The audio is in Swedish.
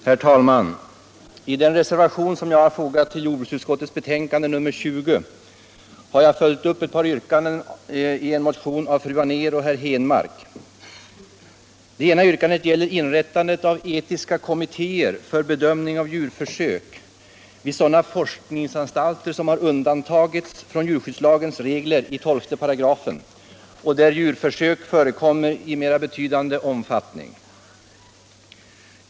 Herr talman! I den reservation som jag har fogat till jordbruksutskottets betänkande nr 20 har jag följt upp ett par yrkanden i en motion av fru Anér och herr Henmark. Det ena yrkandet gäller inrättandet av etiska kommittéer för bedömning av djurförsök vid sådana forskningsanstalter som har undantagits från djurskyddslagens regel i 12 § och där djurförsök förekommer i mera betydande omfattning.